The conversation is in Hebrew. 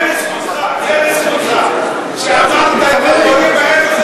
זה לזכותך שאמרת את הדברים האלה.